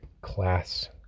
class